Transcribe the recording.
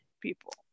people